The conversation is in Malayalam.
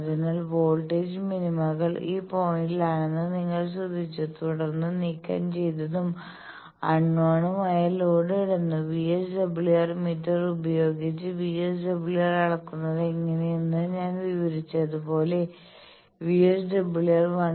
അതിനാൽ വോൾട്ടേജ് മിനിമകൾ ഈ പോയിന്റിലാണെന്ന് നിങ്ങൾ ശ്രദ്ധിച്ചു തുടർന്ന് നീക്കംചെയ്തതും അൺനോൺണുമായ ലോഡ് ഇടുന്നു വിഎസ്ഡബ്ല്യുഎം മീറ്റർ ഉപയോഗിച്ച് വിഎസ്ഡബ്ല്യുആർ അളക്കുന്നത് എങ്ങനെയെന്ന് ഞാൻ വിവരിച്ചതുപോലെ നിങ്ങൾ വിഎസ്ഡബ്ല്യുആർ 1